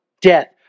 Death